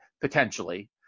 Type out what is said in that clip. potentially